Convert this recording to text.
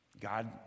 God